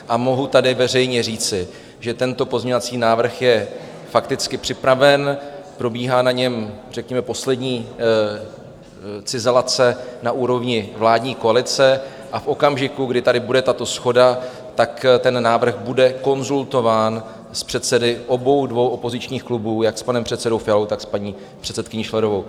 A mohu tady veřejně říci, že tento pozměňovací návrh je fakticky připraven, probíhá na něm, řekněme, poslední cizelace na úrovni vládní koalice, a v okamžiku, kdy tady bude tato shoda, tak ten návrh bude konzultován s předsedy obou dvou opozičních klubů, jak s panem předsedou Fialou, tak s paní předsedkyní Schillerovou.